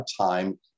time